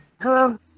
Hello